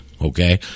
okay